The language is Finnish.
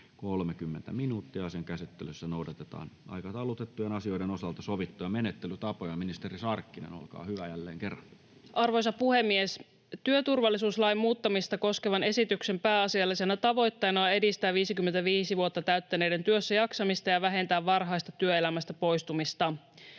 30 minuuttia. Asian käsittelyssä noudatetaan aikataulutettujen asioiden osalta sovittuja menettelytapoja. — Ministeri Sarkkinen, olkaa hyvä jälleen kerran. Arvoisa puhemies! Työturvallisuuslain muuttamista koskevan esityksen pääasiallisena tavoitteena on edistää 55 vuotta täyttäneiden työssäjaksamista ja vähentää varhaista työelämästä poistumista.